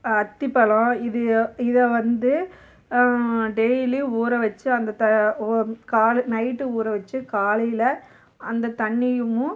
அத்திப்பழம் இது இதை வந்து டெய்லி ஊறவச்சு அந்த த ஓ காலு நைட்டு ஊறவச்சு காலையில் அந்த தண்ணியும்